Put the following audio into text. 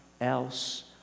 else